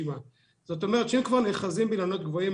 זאת אומרת שאם כבר נאחזים באילנות גבוהים,